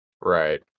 right